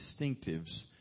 distinctives